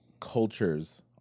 cultures